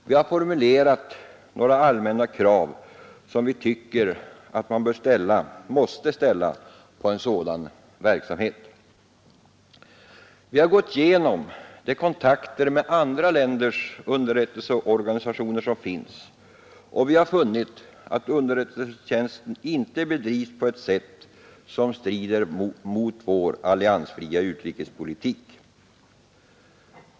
Vi har formulerat några allmänna krav som vi tycker att man måste ställa på en sådan verksamhet. Vi har gått igenom de kontakter med andra länders underrättelseorganisationer som finns och vi har konstaterat att underrättelsetjänsten inte bedrivs på ett sätt som strider mot vår alliansfria utrikespolitik.